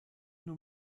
nur